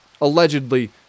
allegedly